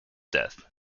death